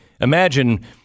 imagine